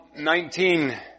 19